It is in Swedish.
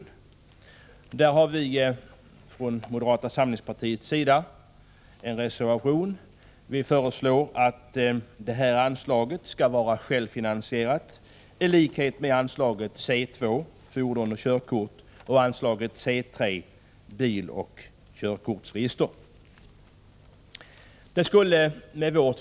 På den punkten har vi från moderata samlingspartiet en reservation, där vi föreslår att verksamheten skall vara självfinansierande, i likhet med vad som gäller beträffande anslaget under punkt C 2 Fordon och körkort och anslaget under punkt C 3 Biloch körkortsregister m.m.